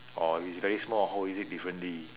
or is very small how would you use it differently